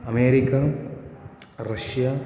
America Russia